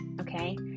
okay